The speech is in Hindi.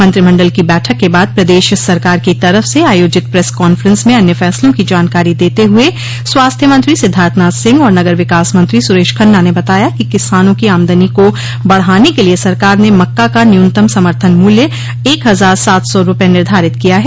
मंत्रिमंडल की बैठक के बाद प्रदेश सरकार की तरफ से आयोजित प्रेस कांफ्रेंस में अन्य फैसलों की जानकारी देते हुए स्वास्थ्य मंत्री सिद्धार्थनाथ सिंह और नगर विकास मंत्री सुरेश खन्ना ने बताया कि किसानों की आमदनी को बढ़ाने के लिए सरकार ने मक्का का न्यूनतम समर्थन मूल्य एक हजार सात सौ रूपये निर्धारित किया है